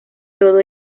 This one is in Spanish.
todo